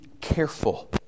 careful